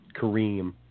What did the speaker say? Kareem